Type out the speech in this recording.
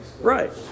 Right